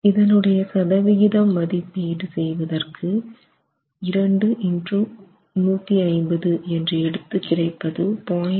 இதனுடைய சதவிகிதம் மதிப்பீடு செய்வதற்கு 2x150 என்று எடுத்து கிடைப்பது 0